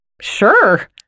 Sure